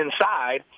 inside